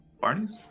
Barney's